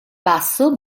basso